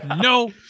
No